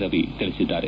ರವಿ ತಿಳಿಸಿದ್ದಾರೆ